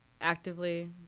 actively